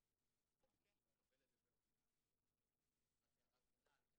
המרכז האקדמי רופין.